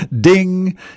ding